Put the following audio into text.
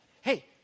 Hey